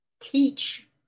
teach